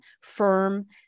firm